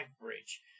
bridge